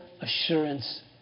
assurance